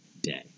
day